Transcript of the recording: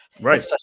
right